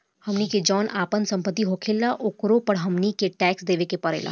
हमनी के जौन आपन सम्पति होखेला ओकरो पे हमनी के टैक्स देबे के पड़ेला